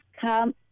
come